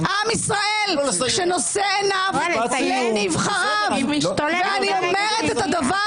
עם ישראל שנושא עיניו לנבחריו ואני אומרת את הדבר